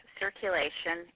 circulation